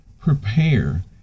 prepare